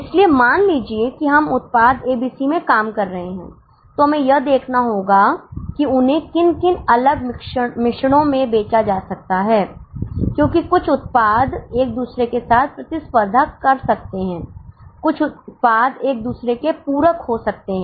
इसलिए मान लीजिए कि हम उत्पाद एबीसी में काम कर रहे हैं तो हमें यह देखना होगा कि उन्हें किन अलग अलग मिश्रणों में बेचा जा सकता है क्योंकि कुछ उत्पाद एक दूसरे के साथ प्रतिस्पर्धा कर सकते हैं कुछ उत्पाद एक दूसरे के पूरक हो सकते हैं